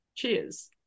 Cheers